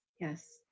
Yes